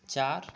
चार